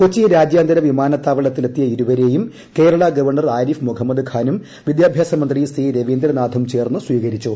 കൊച്ചി രാജ്യാന്തര വിമാനത്താവളത്തിലെത്തിയ ഇരുവരെയും കേരള ഗവർണർ ആരിഫ് മുഹമ്മദ് ഖാനും വിദ്യാഭ്യാസ മന്ത്രി സി രവീന്ദ്രനാഥും ചേർന്ന് സ്വീകരിച്ചു